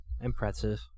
Impressive